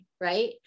right